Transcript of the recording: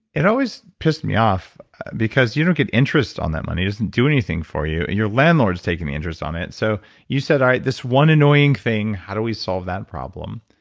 it always pissed me off because you don't get interest on that money. it doesn't do anything for you. and your landlord is taking the interest on it. so you said all right this one annoying thing, how do we solve that problem?